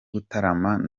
gutaramana